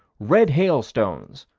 red hailstones,